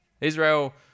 Israel